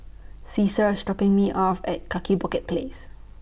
Caesar IS dropping Me off At Kaki Bukit Place